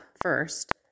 first